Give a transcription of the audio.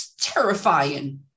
terrifying